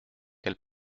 quel